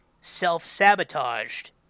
self-sabotaged